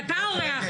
אתה אורח,